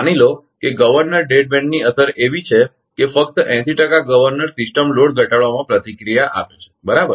માની લો કે ગવર્નર ડેડ બેન્ડની અસર એવી છે કે ફક્ત 80 ટકા ગવર્નર સિસ્ટમ લોડ ઘટાડવામાં પ્રતિક્રિયા આપે છે બરાબર